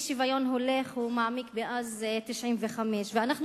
האי-שוויון הולך ומעמיק מאז 1995. אנחנו